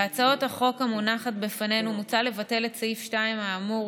בהצעת החוק המונחת בפנינו מוצע לבטל את סעיף 2 האמור,